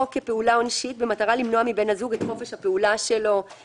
או כפעולה עונשית במטרה למנוע מבן הזוג את חופש הפעולה שלו/